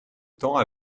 temps